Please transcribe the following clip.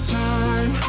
time